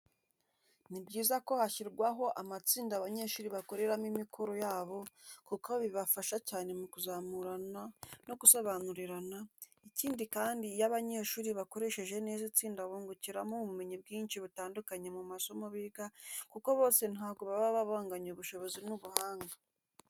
Ni byiza ko hashyirwaho amatsinda abanyeshuri bakoreramo imikoro yabo kuko bifasha cyane mu kuzamurana no gusobanurirana, ikindi kandi iyo abanyeshuri bakoresheje neza itsinda bungukiramo ubumenyi bwinshi butandukanye mu masomo biga kuko bose ntabwo baba banganya ubushobozi n'ubuhanga.